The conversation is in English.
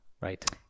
Right